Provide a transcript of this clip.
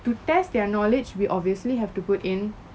to test their knowledge we obviously have to put in